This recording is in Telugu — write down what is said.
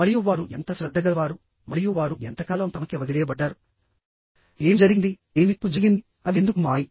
మరియు వారు ఎంత శ్రద్ధగలవారు మరియు వారు ఎంతకాలం తమకే వదిలేయబడ్డారు ఏమి జరిగింది ఏమి తప్పు జరిగింది అవి ఎందుకు మారాయి